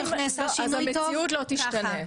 -- אז המציאות לא תשתנה.